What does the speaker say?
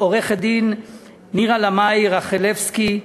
עורכת-הדין נירה לאמעי רכלבסקי,